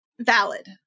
Valid